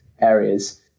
areas